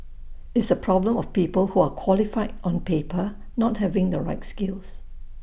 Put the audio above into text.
it's A problem of people who are qualified on paper not having the right skills